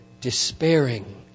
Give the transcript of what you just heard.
despairing